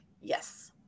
yes